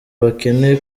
abakene